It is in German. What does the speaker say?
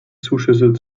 zuschüsse